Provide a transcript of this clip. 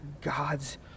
God's